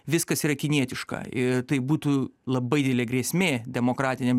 viskas yra kinietiška i tai būtų labai didelė grėsmė demokratiniam